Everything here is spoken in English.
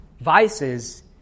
vices